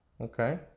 Okay